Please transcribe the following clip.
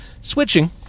Switching